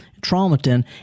traumatin